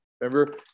Remember